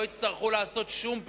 לא יצטרכו לעשות שום פעולה.